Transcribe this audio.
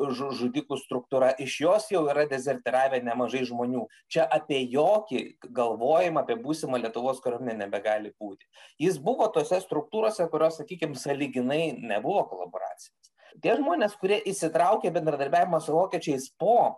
žu žudikų struktūra iš jos jau yra dezertyravę nemažai žmonių čia apie jokį galvojimą apie būsimą lietuvos kariuomenę nebegali būti jis buvo tose struktūrose kurios sakykim sąlyginai nebuvo kolaboracinės tie žmonės kurie įsitraukė bendradarbiavimą su vokiečiais po